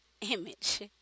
image